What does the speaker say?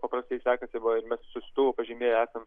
paprastai sekasi bo mes siųstuvą pažymėję esam